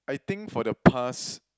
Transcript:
I think for the past